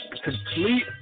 complete